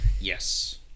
Yes